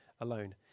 alone